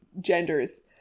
genders